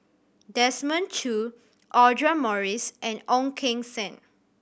Desmond Choo Audra Morrice and Ong Keng Sen